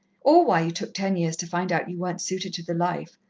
or why you took ten years to find out you weren't suited to the life.